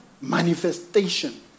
Manifestation